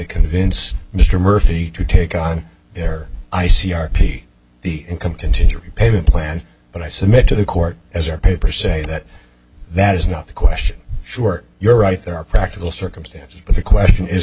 convince mr murphy to take on their i c r p the income to repay the plan but i submit to the court as our paper say that that is not the question sure you're right there are practical circumstances but the question is